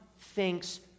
thinks